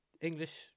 english